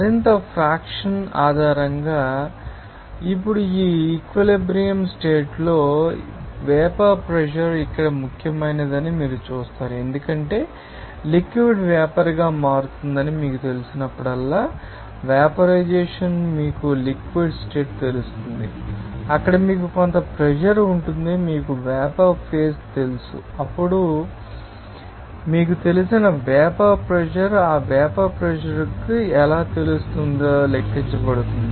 మరింత ఫ్రాక్షన్ ఆధారంగా ఇప్పుడు ఈ ఈక్విలిబ్రియం స్టేట్ లో వేపర్ ప్రెషర్ అక్కడ ముఖ్యమైనదని మీరు చూస్తారు ఎందుకంటే లిక్విడ్ వేపర్ గా మారుతుందని మీకు తెలిసినప్పుడల్లా వేపర్ రైజేషన్ మీకు లిక్విడ్ స్టేట్ తెలుసు అక్కడ మీకు కొంత ప్రెషర్ ఉంటుంది మీకు వేపర్ ఫేజ్ తెలుసు అప్పుడు ఇప్పుడు మీకు తెలిసిన వేపర్ ప్రెషర్ ఆ వేపర్ ప్రెషర్ మీకు ఎలా తెలుస్తుంది లెక్కించబడుతుంది